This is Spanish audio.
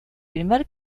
primer